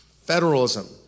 Federalism